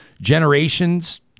generations